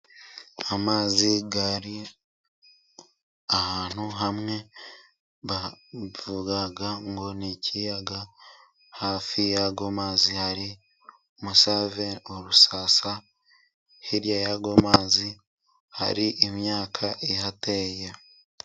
Amazi ari ahantu hamwe. Bavuga ngo ni ikiyaga. Hafi y'ayo mazi hari umusave, urusasa. Hirya y'ayo mazi hari imyaka ihateye.